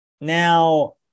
Now